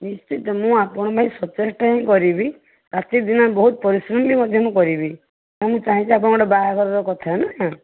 ନିଶ୍ଚିତ ମୁଁ ଆପଣଙ୍କ ପାଇଁ ସଚେଷ୍ଟା ହିଁ କରିବି ରାତିଦିନ ବହୁତ ପରିଶ୍ରମ ବି ମୁଁ ମଧ୍ୟ କରିବି ହଁ ମୁଁ ଚାହିଁଛି ଆପଣଙ୍କର ଗୋଟେ ବାହାଘରର କଥା ନା